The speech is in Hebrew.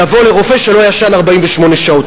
לבוא לרופא שלא ישן 48 שעות.